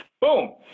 boom